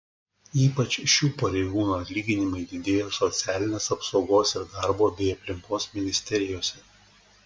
ypač šių pareigūnų atlyginimai didėjo socialinės apsaugos ir darbo bei aplinkos ministerijose